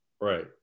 right